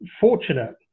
fortunate